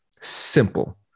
simple